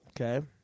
Okay